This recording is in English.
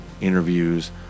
interviews